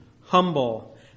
humble